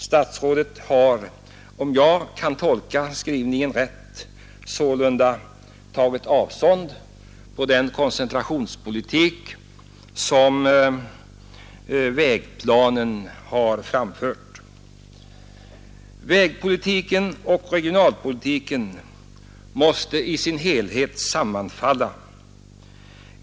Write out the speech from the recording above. Statsrådet har, om jag kan tolka skrivningen rätt, sålunda tagit avstånd från den koncentrationspolitik som har framförts i vägplanen. Vägpolitiken och regionalpolitiken måste i sin helhet sammanfalla.